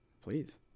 please